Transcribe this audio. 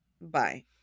Bye